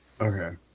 Okay